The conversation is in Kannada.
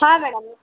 ಹಾಂ ಮೇಡಮ್